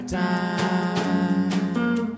time